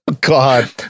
god